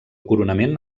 coronament